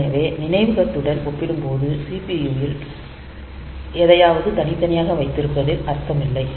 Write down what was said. எனவே நினைவகத்துடன் ஒப்பிடும்போது CPU இல் எதையாவது தனித்தனியாக வைத்திருப்பதில் அர்த்தமில்லை